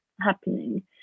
happening